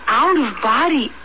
out-of-body